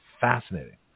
fascinating